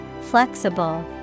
Flexible